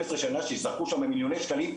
12 שנה שזרקו שם מיליוני שקלים,